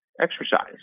exercise